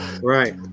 Right